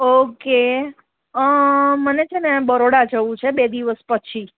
okay મને છે ને બરોડા જવું છે બે દિવસ પછી